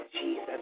Jesus